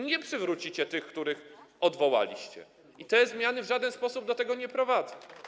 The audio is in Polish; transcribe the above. Nie przywrócicie tych, których odwołaliście, te zmiany w żaden sposób do tego nie prowadzą.